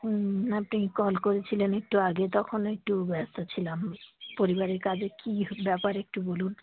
হুম আপনি কল করেছিলেন একটু আগে তখন একটু ব্যস্ত ছিলাম পরিবারের কাজে কী ব্যাপার একটু বলুন